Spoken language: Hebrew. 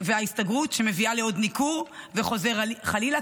והסתגרות שמביאות לעוד ניכור וחוזר חלילה,